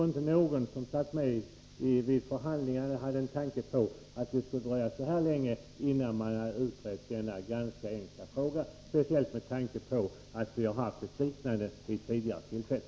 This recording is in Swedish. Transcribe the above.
Inte någon som satt med i förhandlingarna hade en tanke på att det skulle dröja så här länge, innan man hade utrett denna ganska enkla fråga, speciellt med tanke på att vi har haft ett liknande avdrag vid ett tidigare tillfälle.